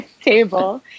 table